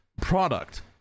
product